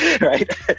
right